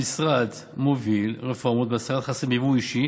המשרד מוביל רפורמות להסרת חסמים בייבוא אישי,